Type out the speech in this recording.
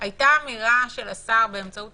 הייתה אמירה של השר באמצעות